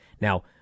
Now